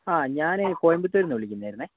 ആ ഞാൻ കൊയമ്പത്തൂരിൽനിന്നാണ് വിളിക്കുന്നേരുന്നെ